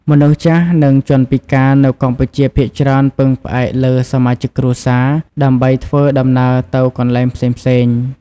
មនុស្សចាស់នឹងជនពិការនៅកម្ពុជាភាគច្រើនពឹងផ្អែកលើសមាជិកគ្រួសារ ដើម្បីធ្វើដំណើរទៅកន្លែងផ្សេងៗ។